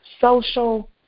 social